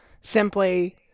simply